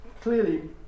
Clearly